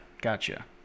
Gotcha